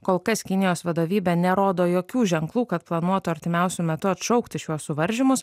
kol kas kinijos vadovybė nerodo jokių ženklų kad planuotų artimiausiu metu atšaukti šiuos suvaržymus